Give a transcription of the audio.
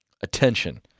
Attention